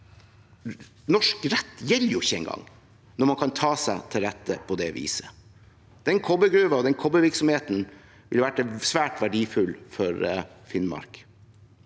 norsk rett gjelder jo ikke engang når man kan ta seg til rette på det viset. Den kobbergruven, den kobbervirksomheten, ville ha vært svært verdifull for Finnmark.